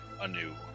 anew